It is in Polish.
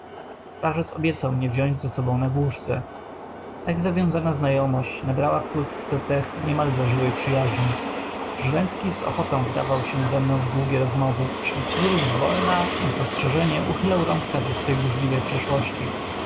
starzec obiecał mnie wziąć z sobą na głuszce tak zawiązana znajomość nabrała wkrótce cech niemal zażyłej przyjaźni żręcki z ochotą wdawał się ze mną w długie rozmowy wśród których zwolna niespostrzeżenie uchylał rąbka z swej burzliwej przeszłości